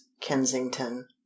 kensington